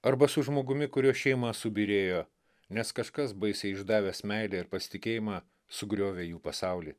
arba su žmogumi kurio šeima subyrėjo nes kažkas baisiai išdavęs meilę ir pasitikėjimą sugriovė jų pasaulį